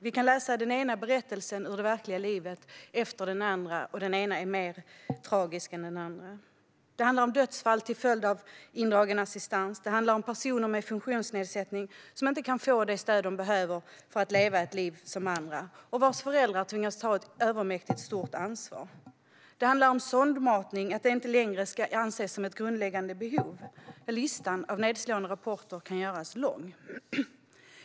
Vi kan läsa den ena berättelsen efter den andra ur det verkliga livet, och den ena är mer tragisk än den andra. Det handlar om dödsfall till följd av indragen assistans. Det handlar om personer med funktionsnedsättning som inte kan få det stöd som de behöver för att leva ett liv som andra och vars föräldrar tvingas ta ett övermäktigt stort ansvar. Det handlar om att sondmatning inte längre ska anses som ett grundläggande behov. Listan över nedslående rapporter kan göras lång.